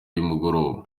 y’umugoroba